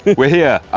we're here,